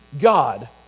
God